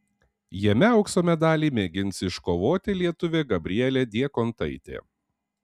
jame aukso medalį mėgins iškovoti lietuvė gabrielė diekontaitė